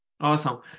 awesome